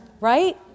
Right